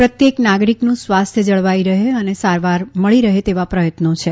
પ્રત્યેક નાગરીકનું સ્વાસ્થ્ય જળવાઇ રહે અને સારવાર મળી રહે તેવા પ્રયત્નો છે